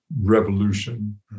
revolution